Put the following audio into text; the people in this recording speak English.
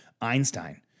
Einstein